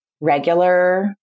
regular